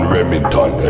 Remington